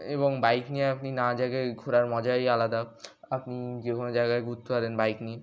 এবং বাইক নিয়ে আপনি নানা জায়গায় ঘোরার মজাই আলাদা আপনি যে কোনো জায়গায় ঘুরতে পারেন বাইক নিয়ে